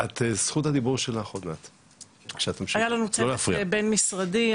היה לנו צוות בין-משרדי,